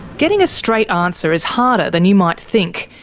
getting a straight answer is harder than you might think,